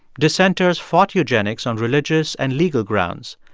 dissenters fought eugenics on religious and legal grounds.